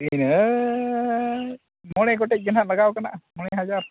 ᱤᱱᱟᱹ ᱢᱚᱬᱮ ᱜᱚᱴᱮᱡ ᱫᱚ ᱱᱟᱦᱟᱜ ᱞᱟᱜᱟᱣ ᱠᱟᱱᱟ ᱢᱚᱬᱮ ᱦᱟᱡᱟᱨ